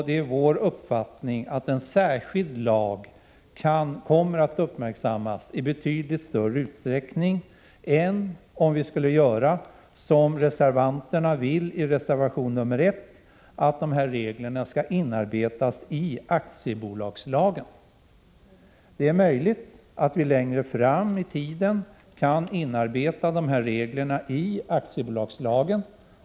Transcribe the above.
Det är vår uppfattning att en särskild lag kommer att uppmärksammas i betydligt större utsträckning än om vi skulle göra som reservanterna vill i reservationen 1, nämligen att inarbeta de här reglerna i aktiebolagslagen. Det är möjligt att vi längre fram i tiden kan inarbeta dessa regler i aktiebolagslagen.